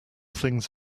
things